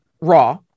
Raw